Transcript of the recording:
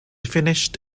finished